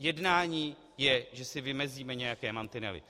Jednání je, že si vymezíme nějaké mantinely.